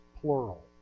plural